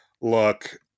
Look